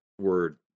word